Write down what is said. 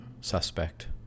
suspect